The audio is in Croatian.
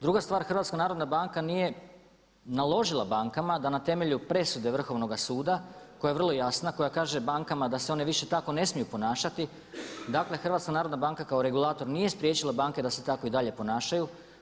Druga stvar, HNB nije naložila bankama da na temelju presude Vrhovnoga suda koja je vrlo jasna, koja kaže bankama da se one više tako ne smiju ponašati, dakle HNB kao regulator nije spriječila banke da se tako i dalje ponašaju.